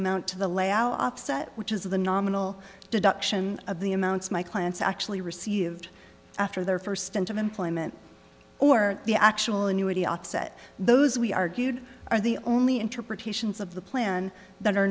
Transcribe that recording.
amount to the layout offset which is the nominal deduction of the amounts my clients actually received after their first stint of employment or the actual annuity offset those we argued are the only interpretations of the plan that are